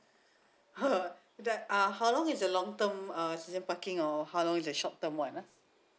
hello the err how long is the long term uh season parking or how long is a short term one ah